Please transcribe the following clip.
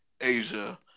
Asia